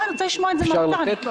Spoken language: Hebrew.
אני רוצה לשמוע את זה ממשרד האוצר.